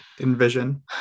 envision